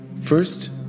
First